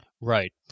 Right